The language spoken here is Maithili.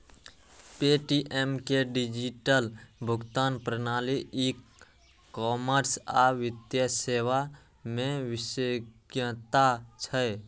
पे.टी.एम के डिजिटल भुगतान प्रणाली, ई कॉमर्स आ वित्तीय सेवा मे विशेषज्ञता छै